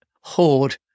hoard